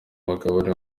mugabane